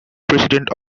president